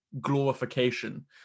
glorification